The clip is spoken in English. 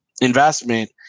investment